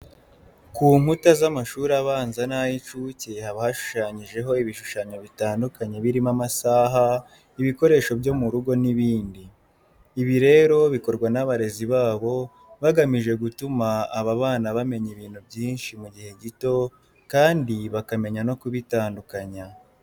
Ku nkuta z'amashuri abanza n'ay'incuke haba hashushanyijeho ibishushanyo bitandukanye birimo amasaha, ibikoresho byo mu rugo n'ibindi. Ibi rero bikorwa n'abarezi babo bagamije gutuma aba bana bamenya ibintu byinshi mu gihe gito kandi bakamenya no kubitandukanya.